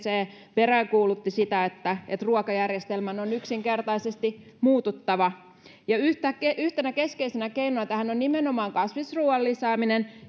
peräänkuulutti sitä että ruokajärjestelmän on yksinkertaisesti muututtava yhtenä keskeisenä keinona tähän on nimenomaan kasvisruuan lisääminen